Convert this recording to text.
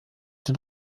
den